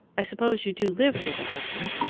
i suppose you do live with a husband.